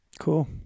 Cool